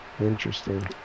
Interesting